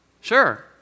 Sure